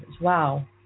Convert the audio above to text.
Wow